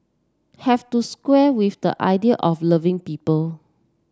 have to square with the idea of loving people